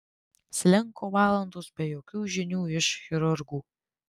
slinko valandos be jokių žinių iš chirurgų